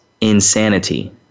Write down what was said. insanity